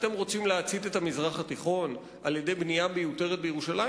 אתם רוצים להצית את המזרח התיכון על-ידי בנייה מיותרת בירושלים,